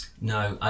No